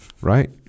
right